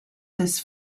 des